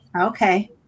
Okay